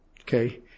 Okay